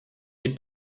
die